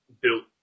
built